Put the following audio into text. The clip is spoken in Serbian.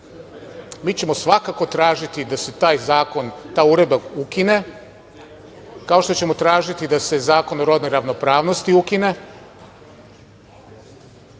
ćemo svakako tražiti da se taj zakon, ta uredba ukine, kao što ćemo tražiti da se zakon o rodnoj ravnopravnosti ukine,